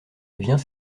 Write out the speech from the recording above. vient